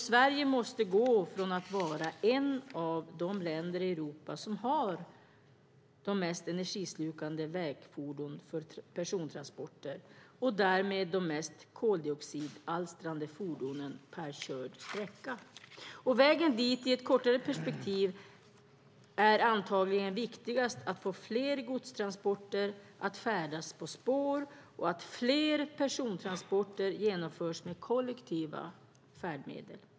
Sverige måste gå ifrån att vara ett av de länder i Europa som har de mest energislukande vägfordonen för persontransporter och därmed de mest koldioxidalstrande fordonen per körd sträcka. Viktigast på vägen dit är i ett kortare perspektiv antagligen att fler godstransporter körs på spår och att fler persontransporter genomförs med kollektiva färdmedel.